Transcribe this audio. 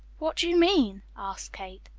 what do you mean? asked kate.